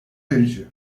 verici